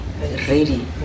ready